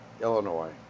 Illinois